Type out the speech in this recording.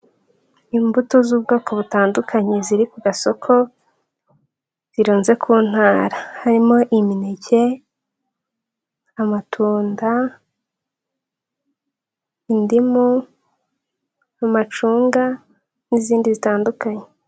Imbuto z'ubwoko butandukanye ziri ku gasoko, zirunze ku ntara. Harimo imineke, amatunda, indimu, amacunga n'izindi zitandukanye.